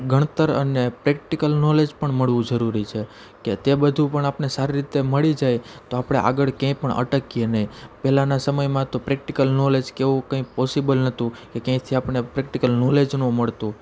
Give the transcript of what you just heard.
ગણતર અને practical knowledge પણ મળવું જરૂરી છે કે તે બધું પણ આપણને સારી રીતે મળી જાય તો આપણે આગળ ક્યાંય પણ અટકીએ નહીં પહેલાંનાં સમયમાં તો પ્રેક્ટિકલ નોલેજ કે એવું કંઇ પોસિબલ નહોતું કે ક્યાંયથી આપણને પ્રેક્ટિકલ નોલેજ ન મળતું